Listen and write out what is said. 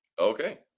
Okay